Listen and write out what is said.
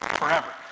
forever